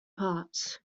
parts